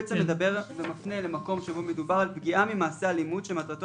הוא מפנה למקום שבו מדובר על "פגיעה ממעשה אלימות שמטרתו